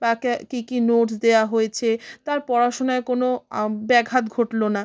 বা ক্যা কী কী নোটস দেয়া হয়েছে তার পড়াশোনায় কোনো ব্যাঘাত ঘটলো না